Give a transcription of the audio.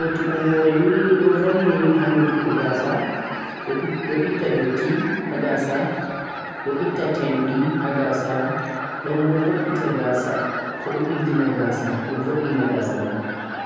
nyambam lotugo hore ni do valla ha lotugo gasa, do itta dutti ha gasa do itta tendi ha gasa don boh hobbita gasa ko doh diggina gasa ko doh vo'ina gasa boh